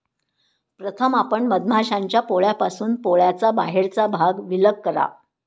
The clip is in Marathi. प्रथम आपण मधमाश्यांच्या पोळ्यापासून पोळ्याचा बाहेरचा भाग विलग करा